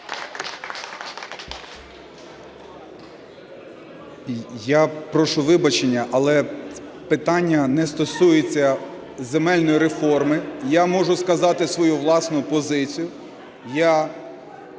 Я прошу вибачення, але питання не стосується земельної реформи. Я можу сказати свою власну позицію.